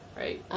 right